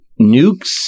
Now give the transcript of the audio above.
nukes